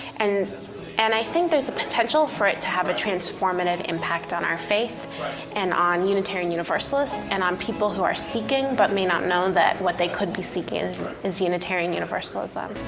and and i think there's the potential for it to have a trans formative impact on our faith and on unitarian universalists and on people who are seeking, but may not know that what they could be seeking is is unitarian universalism.